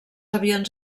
avions